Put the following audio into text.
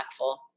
impactful